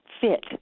fit